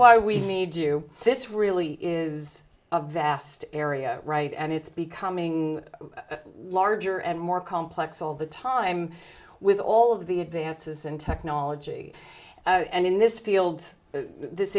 why we need you this really is a vast area right and it's becoming larger and more complex all the time with all of the advances in technology and in this field this